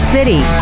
City